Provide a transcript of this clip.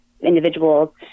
individuals